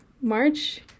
March